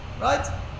Right